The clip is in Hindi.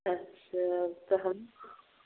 अच्छा कहन